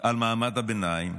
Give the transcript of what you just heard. על מעמד הביניים,